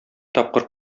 тапкыр